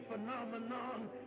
Phenomenon